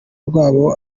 rwabo